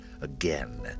again